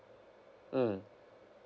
mm